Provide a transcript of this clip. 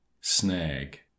snag